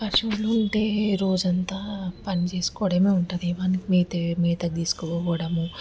పశువులు ఉంటే రోజుంతా పనిచేసుకోవడమే ఉంటుంది మేత మేతకు తీసుకోపోవడం